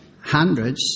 hundreds